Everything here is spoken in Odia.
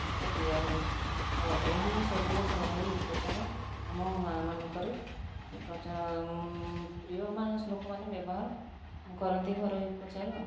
ସେକ ଦିଆହୁଏ ତ ଏହି ସବୁ ଘରୋଇ ଉପଚାର ଆମ ଗାଁମାନଙ୍କରେ ଲୋକମାନେ ବ୍ୟବହାର କରନ୍ତି ଘରୋଇ ଉପଚାର ଆଉ